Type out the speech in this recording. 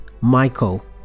Michael